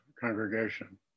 congregation